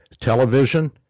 television